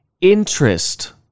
interest